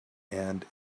and